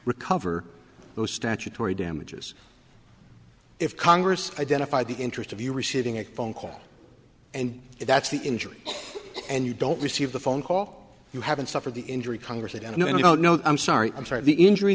recover those statutory damages if congress identify the interest of you receiving a phone call and if that's the injury and you don't receive the phone call you haven't suffered the injury congress that a no no no i'm sorry i'm sorry the injury